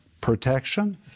protection